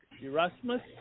Erasmus